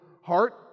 heart